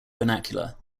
vernacular